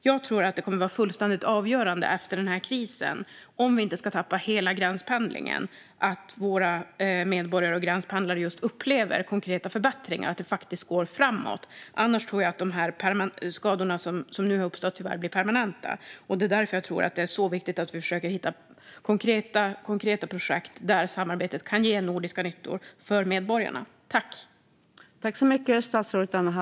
Jag tror att det kommer att vara helt avgörande efter denna kris, om vi inte ska tappa hela gränspendlingen, att våra medborgare och gränspendlare upplever konkreta förbättringar och att det faktiskt går framåt. Annars tror jag att de skador som nu har uppstått tyvärr blir permanenta. Det är därför som jag tror att det är så viktigt att vi försöker hitta konkreta projekt där samarbetet kan ge nordiska nyttor för medborgarna.